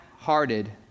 hearted